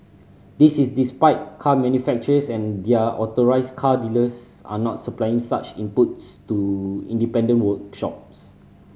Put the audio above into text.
this is despite car manufacturers and their authorised car dealers not supplying such inputs to independent workshops